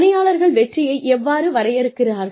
பணியாளர்கள் வெற்றியை எவ்வாறு வரையறுக்கிறார்கள்